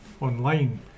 online